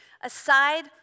aside